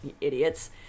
idiots